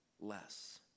less